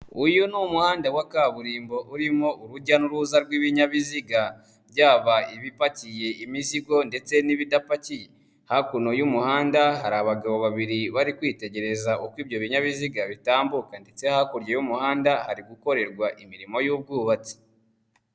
Uyu ni umuhanda wa kaburimbo urimo urujya n'uruza rw'ibinyabiziga byaba ibipakiye imizigo ndetse n'ibidapakiye, hakuno y'umuhanda hari abagabo babiri bari kwitegereza ukuntu ibyo binyabiziga bitambuka ndetse hakurya y'umuhanda hari gukorerwa imirimo y'ubwubatsi.